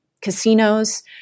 Casinos